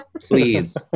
Please